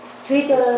Twitter